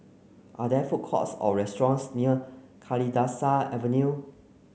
are there food courts or restaurants near Kalidasa Avenue